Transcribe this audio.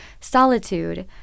solitude